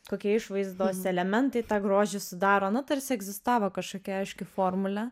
kokie išvaizdos elementai tą grožį sudaro nu tarsi egzistavo kažkokia aiški formulė